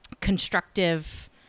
Constructive